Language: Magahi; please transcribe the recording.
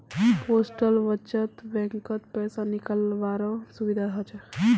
पोस्टल बचत बैंकत पैसा निकालावारो सुविधा हछ